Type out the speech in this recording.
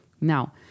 Now